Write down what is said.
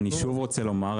אני שוב רוצה לומר.